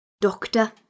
doctor